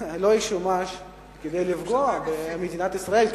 לא ישמש כדי לפגוע במדינת ישראל,